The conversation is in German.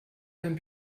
dein